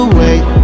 wait